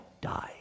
die